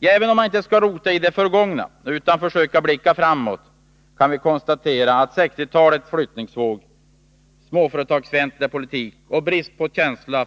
Även om man inte skall rota i det förgångna utan försöka blicka framåt, kan vi konstatera att 1960-talets flyttningsvåg, småföretagsfientliga politik och brist på känsla